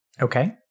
Okay